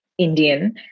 Indian